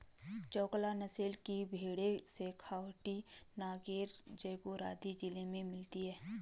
चोकला नस्ल की भेंड़ शेखावटी, नागैर, जयपुर आदि जिलों में मिलती हैं